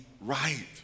right